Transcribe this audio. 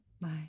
bye